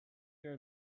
your